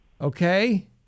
okay